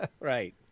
Right